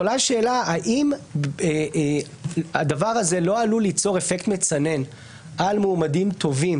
עולה השאלה האם הדבר הזה לא עלול ליצור אפקט מצנן על מועמדים טובים